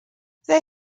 they